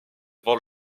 vols